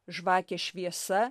žvakės šviesa